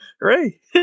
great